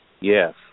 Yes